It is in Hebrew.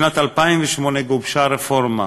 בשנת 2008 גובשה רפורמה,